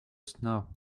snow